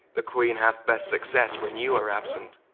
the queene hath best successe when you are absent